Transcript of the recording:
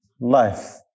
life